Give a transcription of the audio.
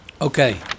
Okay